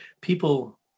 people